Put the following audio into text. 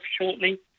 shortly